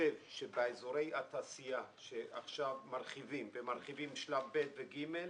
חושב שבאזורי התעשייה שעכשיו מרחיבים ומרחיבים שלב ב' ו-ג',